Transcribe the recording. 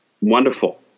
wonderful